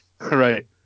Right